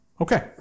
Okay